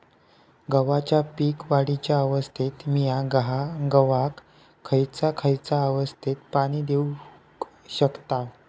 गव्हाच्या पीक वाढीच्या अवस्थेत मिया गव्हाक खैयचा खैयचा अवस्थेत पाणी देउक शकताव?